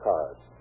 Cards